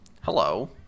Hello